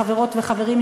חברות וחברים,